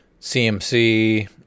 CMC